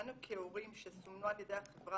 אנו כהורים שסומנו על ידי החברה